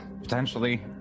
potentially